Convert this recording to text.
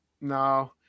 No